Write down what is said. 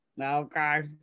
Okay